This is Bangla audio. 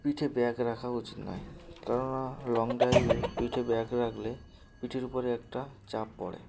পিঠে ব্যাগ রাখা উচিত নয় কেননা লং ড্রাইভে পিঠে ব্যাগ রাখলে পিঠের উপরে একটা চাপ পড়ে